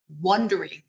wondering